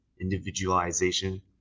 individualization